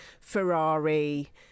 Ferrari